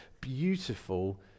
beautiful